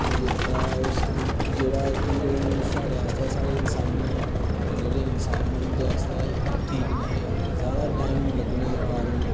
जेह्का उस जेह्ड़ा कि ओह् साढ़े आस्तै साढ़ी इंसानी जेह्ड़े इंसान उंदे आस्तै ठीक नहे की ज्यादा टाइम लग्गने कारण